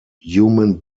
human